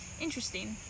Interesting